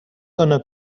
gonna